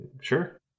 Sure